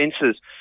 senses